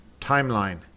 timeline